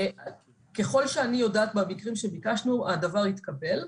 ככל שאני יודעת מהמקרים שביקשנו, הדבר התקבל.